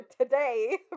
Today